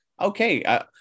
okay